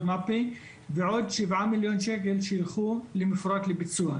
מפ"י ועוד שבעה מיליון שקל שיילכו למפרט לביצוע.